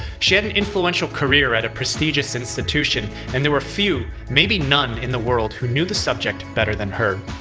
she had an influential career at a prestigious institution, and there were few, maybe none, in the world who knew the subject better than her.